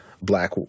black